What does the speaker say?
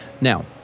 Now